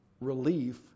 relief